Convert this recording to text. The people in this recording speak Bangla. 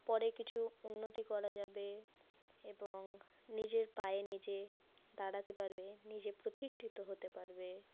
পরে কিছু উন্নতি করা যাবে এবং নিজের পায়ে নিজে দাঁড়াতে পারবে নিজে প্রতিষ্ঠিত হতে পারবে